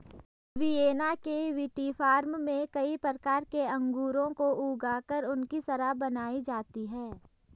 Vienna के विटीफार्म में कई प्रकार के अंगूरों को ऊगा कर उनकी शराब बनाई जाती है